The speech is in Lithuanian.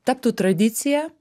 taptų tradicija